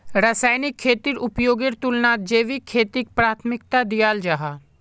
रासायनिक खेतीर उपयोगेर तुलनात जैविक खेतीक प्राथमिकता दियाल जाहा